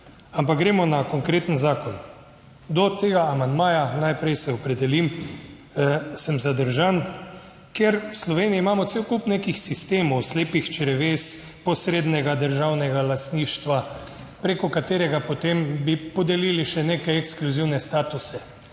Ampak gremo na konkreten zakon. Do tega amandmaja, najprej se opredelim. Sem zadržan, ker v Sloveniji imamo cel kup nekih sistemov slepih čreves, posrednega državnega lastništva, preko katerega potem bi podelili še neke ekskluzivne statuse.